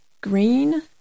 Green